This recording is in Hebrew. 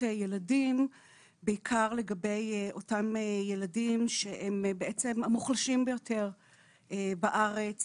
ילדים בעיקר לגבי אותם ילדים שהם בעצם המוחשים ביותר בארץ